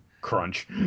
Crunch